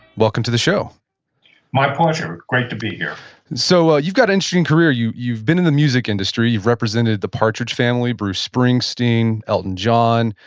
welcome to the show my pleasure. great to be here so, you've got an interesting career. you've you've been in the music industry. you've represented the partridge family, bruce springsteen, elton john.